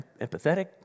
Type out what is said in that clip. empathetic